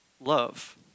love